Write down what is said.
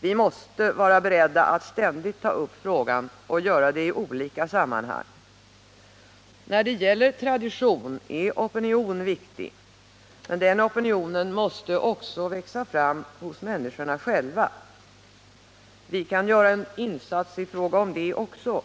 Vi måste vara beredda att ständigt ta upp frågan och att göra det i olika sammanhang. När det gäller tradition är opinion viktig, men den opinionen måste också växa fram hos människorna själva. Vi kan göra en insats på många sätt i fråga om det också.